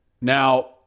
Now